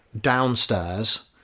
downstairs